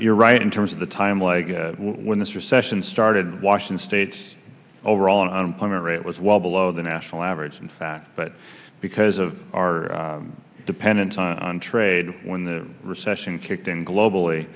you're right in terms of the time like when this recession started washing the states overall unemployment rate was well below the national average in fact but because of our dependence on trade when the recession kicked in globally